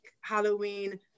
Halloween